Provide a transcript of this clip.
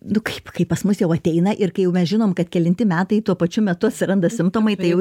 nu kaip kai pas mus jau ateina ir kai jau mes žinom kad kelinti metai tuo pačiu metu atsiranda simptomai tai jau